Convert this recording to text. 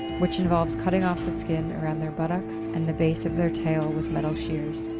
which involves cutting off the skin around their buttocks and the base of their tail with metal shears.